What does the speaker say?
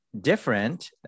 different